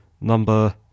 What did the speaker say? number